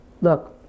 look